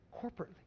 corporately